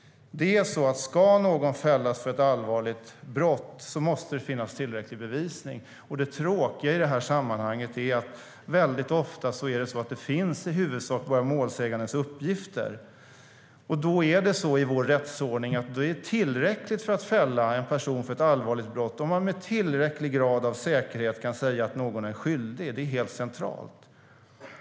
Ska någon fällas för ett allvarligt brott måste det finnas tillräcklig bevisning. Det tråkiga i det här sammanhanget är att väldigt ofta finns i huvudsak bara målsägandens uppgifter. Då är det så i vår rättsordning att om man med tillräcklig grad av säkerhet kan säga att någon är skyldig är det tillräckligt för att fälla en person för ett allvarligt brott. Det är helt centralt.